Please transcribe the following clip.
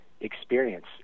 experience